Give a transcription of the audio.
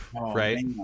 right